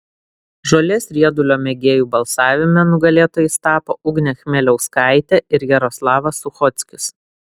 žolės riedulio mėgėjų balsavime nugalėtojais tapo ugnė chmeliauskaitė ir jaroslavas suchockis